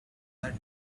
that